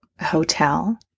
hotel